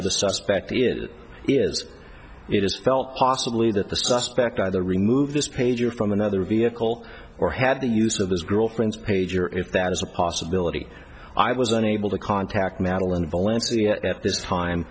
the suspect is it is it is felt possibly that the suspect either remove this pager from another vehicle or had the use of his girlfriend's pager if that is a possibility i was unable to contact madeleine valencia at this time